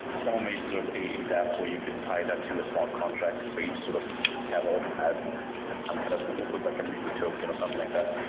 some mode sort of a dap where you could tie that to a smart contract so each sort of cattle had had some kind of was like a mini token or something like that.